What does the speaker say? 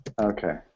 Okay